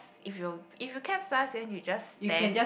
if you if you capsize then you just stand